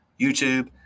YouTube